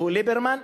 שהוא ליברמן,